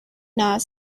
not